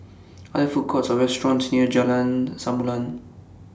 Are There Food Courts Or restaurants near Jalan Samulun